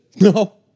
No